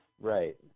right